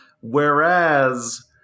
Whereas